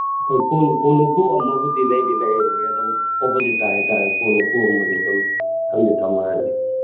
ꯍꯣꯏ ꯀꯣꯟ ꯀꯣꯟ ꯎꯄꯨ ꯑꯃꯕꯨꯗꯤ ꯂꯩꯗꯤ ꯂꯩꯅꯤ ꯑꯗꯨꯝ ꯑꯣꯄꯣꯖꯤꯠꯇ ꯍꯥꯏ ꯇꯥꯔꯦ ꯑꯗꯨꯝ ꯀꯣꯟ ꯎꯄꯨ ꯑꯃꯗꯤ ꯑꯗꯨꯝ ꯊꯝꯗꯤ ꯊꯝꯃꯔꯅꯤ